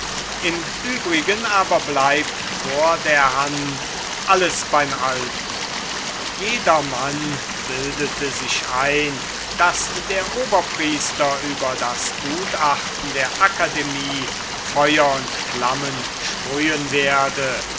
im übrigen aber bleibt vor der hand alles beim alten jedermann bildete sich ein daß der oberpriester über das gutachten der akademie feuer und flammen sprühen werde